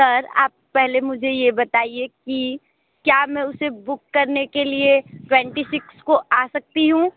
sir आप पहले मुझे ये बताइए कि क्या मैं उसे बुक करने के लीए ट्वेन्टी सिक्स को आ सकती हूं